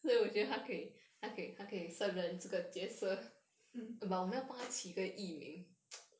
mm